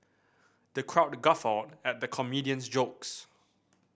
the crowd guffawed at the comedian's jokes